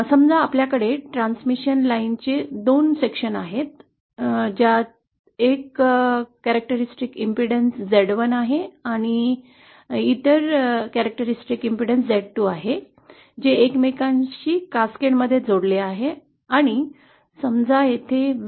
समजा आपल्याकडे ट्रान्समिशन लाईनचे 2 विभाग आहेत ज्यात एक वैशिष्ट्यपूर्ण प्रतिबाधा z1 आहे आणि इतर वैशिष्ट्यपूर्ण प्रतिबाधा z2 आहे जे एकमेकांशी कासकेड मध्ये जोडलेले आहे आणि समजा येथे V1